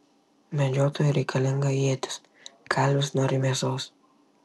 medžiotojui reikalinga ietis kalvis nori mėsos